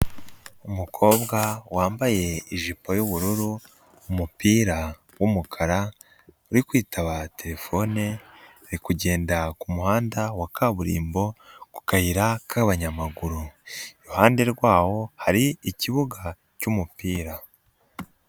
Umukobwa wambaye ijipo y'ubururu, umupira wumukara, uri kwitaba terefone, ari kugenda ku muhanda wa kaburimbo, ku kayira k'abanyamaguru, iruhande rwawo hari ikibuga cy'umupira.